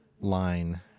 line